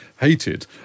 hated